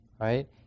right